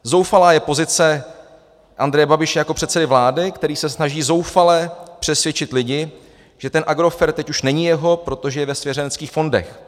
Zoufalá je pozice Andreje Babiše jako předsedy vlády, který se snaží zoufale přesvědčit lidi, že ten Agrofert teď už není jeho, protože je ve svěřenských fondech.